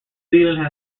zealand